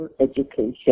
Education